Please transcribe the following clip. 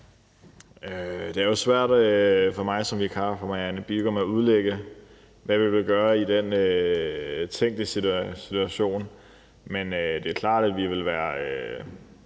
Det er svært for mig som vikar for fru Marianne Bigum at udlægge, hvad vi vil gøre i den tænkte situation. Det er klart, at vi vil være